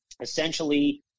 essentially